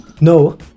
no